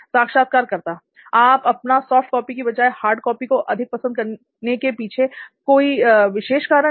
साक्षात्कारकर्ता आप आपका सॉफ्ट कॉपी की बजाय हार्ड कॉपी को अधिक पसंद करने के पीछे कोई विशेष कारण है